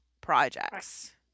projects